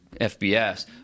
FBS